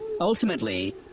Ultimately